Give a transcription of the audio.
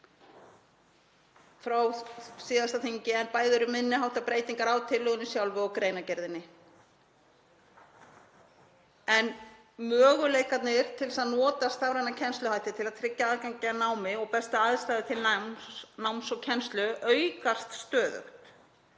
frá síðasta þingi. Bæði eru minni háttar breytingar á tillögunni sjálfri og greinargerðinni. Möguleikarnir á að nota stafræna kennsluhætti til að tryggja aðgengi að námi og bestu aðstæður til náms og kennslu aukast stöðugt.